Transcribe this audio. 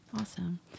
Awesome